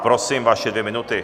Prosím, vaše dvě minuty.